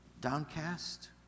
downcast